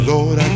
Lord